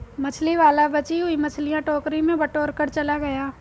मछली वाला बची हुई मछलियां टोकरी में बटोरकर चला गया